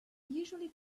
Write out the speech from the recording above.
usually